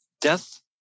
death